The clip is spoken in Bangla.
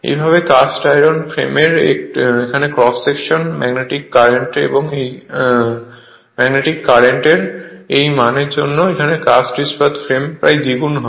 এইভাবে কাস্ট আয়রন ফ্রেমের ক্রস সেকশনে ম্যাগনেটিক কারেন্টের একই মানের জন্য একটি কাস্ট ইস্পাত ফ্রেমের প্রায় দ্বিগুণ হয়